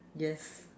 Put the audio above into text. yes